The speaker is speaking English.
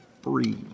free